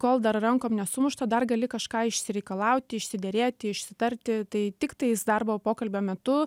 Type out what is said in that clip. kol dar rankom nesumušta dar gali kažką išsireikalauti išsiderėti išsitarti tai tiktais darbo pokalbio metu